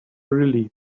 relieved